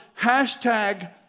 Hashtag